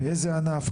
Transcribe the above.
באיזה ענף,